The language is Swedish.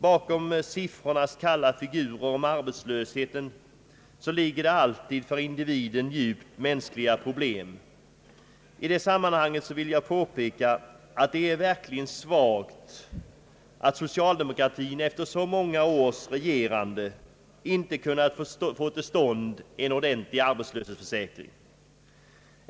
Bakom siffrornas kalla figurer om arbetslösheten ligger alltid för individen djupt mänskliga problem. I detta sammanhang vill jag påpeka, att det är verkligen svagt att socialdemokratin efter så många års regerande inte kunnat få till stånd en ordentlig arbetslöshetsförsäkring.